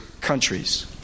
countries